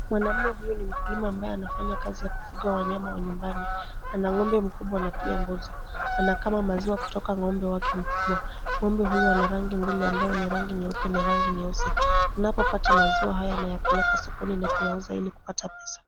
Mwanaume huyu ni mkulima ambaye anafanya kazi ya kufuga wanyama wa nyumbani, ana ng'ombe mkubwa na pia mbuzi. Anakama maziwa kutoka ng'ombe wake mkubwa. Ng'ombe huyu ana rangi mbili ambayo ni rangi nyeupe na rangi nyeusi. Anapopata maziwa haya anayapeleka sokoni na kuyauza ili kupata pesa.